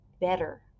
better